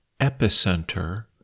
epicenter